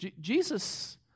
Jesus